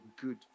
good